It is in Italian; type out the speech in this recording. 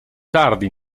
tardi